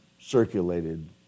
circulated